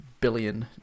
billion